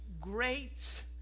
great